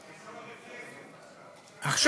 יש עודף כסף עכשיו.